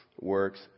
works